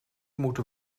moeten